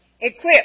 equipped